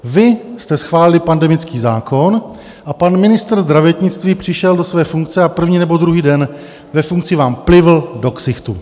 Vy jste schválili pandemický zákon a pan ministr zdravotnictví přišel do své funkce a první nebo druhý den ve funkci vám plivl do ksichtu.